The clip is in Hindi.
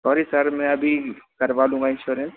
और इस शहर में अभी करवा लूंगा इंश्यूरेंश